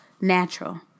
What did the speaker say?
natural